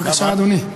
בבקשה, אדוני.